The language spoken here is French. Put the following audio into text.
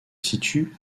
situe